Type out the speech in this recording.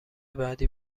بعدی